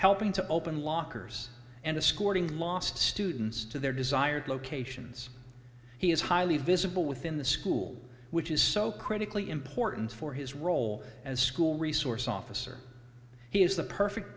helping to open lockers and a scoring last students to their desired locations he is highly visible within the school which is so critically important for his role as school resource officer he has the perfect